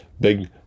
big